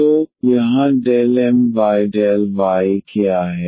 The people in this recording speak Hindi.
तो यहाँ ∂M∂y क्या है